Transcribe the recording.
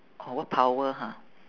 oh what power ha